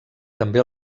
també